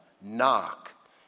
knock